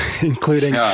including